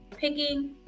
Picking